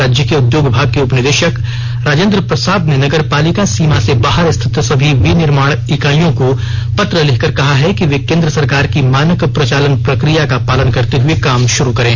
राज्य के उदयोग विभाग के उपनिदेशक राजेन्द्र प्रसाद ने नगरपालिका सीमा से बाहर स्थित सभी विनिर्माण इकाइयों को पत्र लिखकर कहा है कि वे केन्द्र सरकार की मानक प्रचालन प्रक्रिया का पालन करते हुए काम शुरू करें